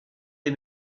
des